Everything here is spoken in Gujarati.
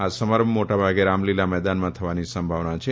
આ સમારંભ મોટાભાગે રામલીલા મેદાનમાં થવાની સંભાવના છે